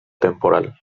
temporal